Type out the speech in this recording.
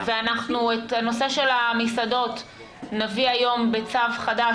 והנושא של המסעדות נביא היום בצו חדש,